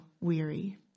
weary